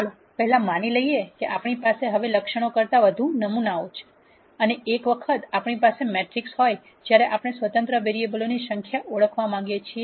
ચાલો પહેલા માની લઈએ કે આપણી પાસે હવે લક્ષણો કરતાં ઘણા વધુ નમૂનાઓ છે અને એક વખત આપણી પાસે મેટ્રિક્સ હોય જ્યારે આપણે સ્વતંત્ર વેરીએબલોની સંખ્યા ઓળખવા માંગીએ છીએ